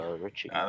Richie